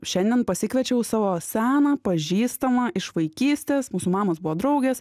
šiandien pasikviečiau savo seną pažįstamą iš vaikystės mūsų mamos buvo draugės